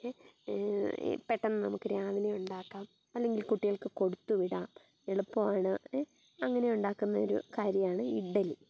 പെട്ടെന്ന് നമുക്ക് രാവിലെ ഉണ്ടാക്കാം അല്ലെങ്കിൽ കുട്ടികൾക്ക് കൊടുത്ത് വിടാം എളുപ്പമാണ് അങ്ങനെ ഉണ്ടാക്കുന്ന ഒരു കാര്യമാണ് ഇഡലി